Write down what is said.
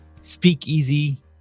speakeasy